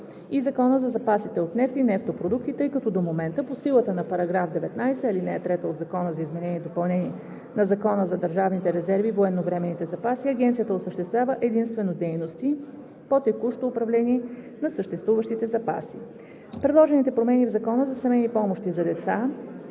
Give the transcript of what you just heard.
и Закона за запасите от нефт и нефтопродукти, тъй като до момента, по силата на § 19, ал. 3 от Закона за изменение и допълнение на Закона за държавните резерви и военновременните запаси, Агенцията осъществява единствено дейности по текущо управление на съществуващите запаси. Предложените промени в Закона за семейни помощи за деца